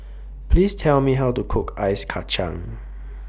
Please Tell Me How to Cook Ice Kacang